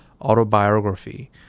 autobiography